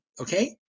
okay